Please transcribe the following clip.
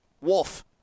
Wolf